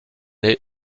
est